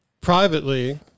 Privately